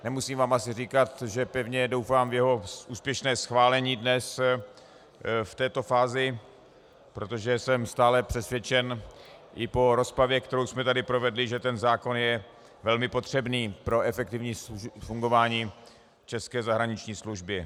Nemusím vám asi říkat, že pevně doufám v jeho úspěšné schválení dnes v této fázi, protože jsem stále přesvědčen, i po rozpravě, kterou jsme tady provedli, že ten zákon je velmi potřebný pro efektivní fungování české zahraniční služby.